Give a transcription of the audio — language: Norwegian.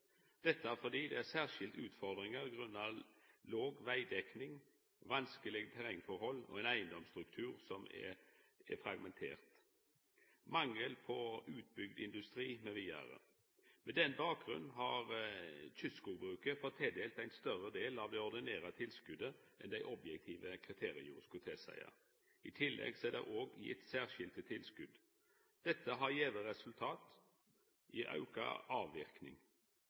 dette fordi det er særskilte utfordringar med vegdekninga, vanskelege terrengforhold, ein eigedomsstruktur som er fragmentert, mangel på utbygd industri, m.v. Av den grunn har Kystskogbruket fått tildelt ein større del av det ordinære tilskotet enn det dei objektive kriteria skulle tilseia. I tillegg er det òg gitt særskilte tilskot. Dette har gitt resultat i auka avverking.